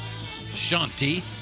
Shanti